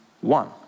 one